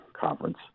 conference